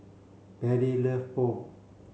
Perry love Pho